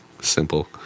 simple